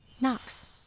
Knox